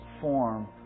form